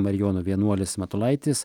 marijonų vienuolis matulaitis